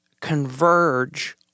converge